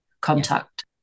contact